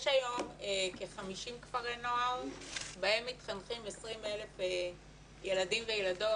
יש היום כ-50 כפרי נוער בהם מתחנכים 20,000 ילדים וילדות,